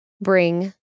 bring